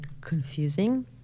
confusing